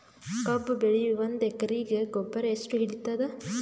ಕಬ್ಬು ಬೆಳಿ ಒಂದ್ ಎಕರಿಗಿ ಗೊಬ್ಬರ ಎಷ್ಟು ಹಿಡೀತದ?